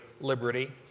liberty